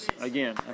Again